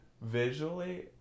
visually